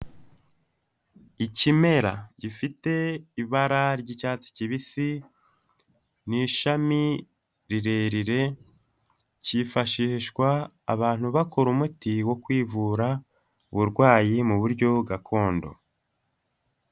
Ikimera gifite ibara ry'icyatsi kibisi n'ishami rirerire, cyifashishwa abantu bakora umuti wo kwivura uburwayi mu buryo gakondo.